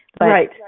Right